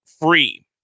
free